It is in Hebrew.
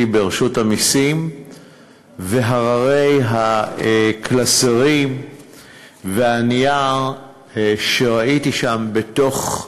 ברשות המסים והררי הקלסרים והנייר שראיתי שם בתוך ארגזים,